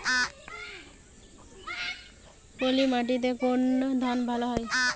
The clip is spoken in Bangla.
পলিমাটিতে কোন ধান ভালো হয়?